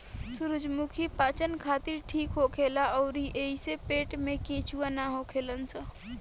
सूरजमुखी पाचन खातिर ठीक होखेला अउरी एइसे पेट में केचुआ ना होलन सन